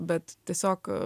bet tiesiog